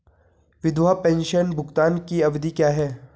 विधवा पेंशन भुगतान की अवधि क्या है?